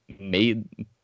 made